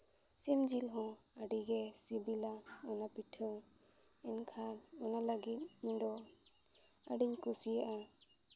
ᱥᱤᱢ ᱡᱤᱞ ᱦᱚᱸ ᱟᱹᱰᱤᱜᱮ ᱥᱤᱵᱤᱞᱟ ᱚᱱᱟ ᱯᱤᱴᱷᱟᱹ ᱮᱱᱠᱷᱟᱱ ᱚᱱᱟ ᱞᱟᱹᱜᱤᱫ ᱤᱧᱫᱚ ᱟᱹᱰᱤᱧ ᱠᱩᱥᱤᱭᱟᱜᱼᱟ